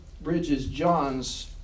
Bridges-Johns